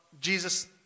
Jesus